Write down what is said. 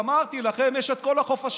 אמרתי: לכם יש את כל החופשים,